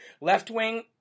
left-wing